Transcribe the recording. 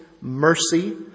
mercy